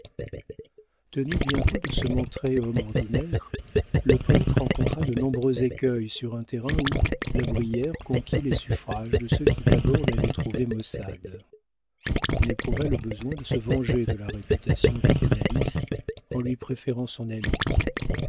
tenu bientôt de se montrer homme ordinaire le poëte rencontra de nombreux écueils sur un terrain où la brière conquit les suffrages de ceux qui d'abord l'avaient trouvé maussade on éprouva le besoin de se venger de la réputation de canalis en lui préférant son ami